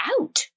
out